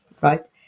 Right